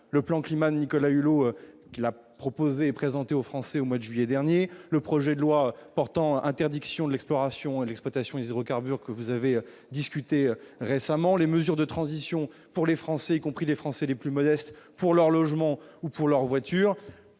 le plan climat Nicolas Hulot qui l'a proposé et présenté aux Français au mois de juillet dernier, le projet de loi portant interdiction de l'exploration et l'exploitation hydrocarbures que vous avez discuté récemment les mesures de transition pour les Français, y compris des Français les plus modestes pour leur logement ou pour leur voiture,